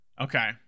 okay